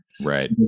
Right